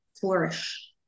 flourish